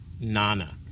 Nana